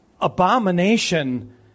abomination